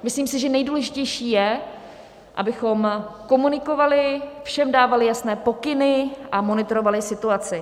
Myslím si, že nejdůležitější je, abychom komunikovali, všem dávali jasné pokyny a monitorovali situaci.